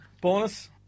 Bonus